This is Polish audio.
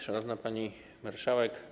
Szanowna Pani Marszałek!